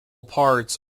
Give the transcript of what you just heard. parts